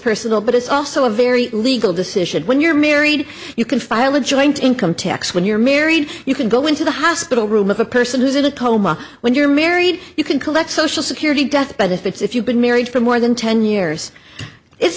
personal but it's also a very legal decision when you're married you can file a joint income tax when you're married you can go into the hospital room of a person who's in a coma when you're married you can collect social security death benefits if you've been married for more than ten years it's